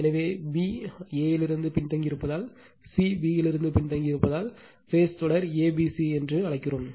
எனவே b a இலிருந்து பின்தங்கியிருப்பதால் c b இலிருந்து பின்தங்கியிருப்பதால் பேஸ் தொடர் a b c என்று அழைக்கிறோம்